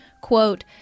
Quote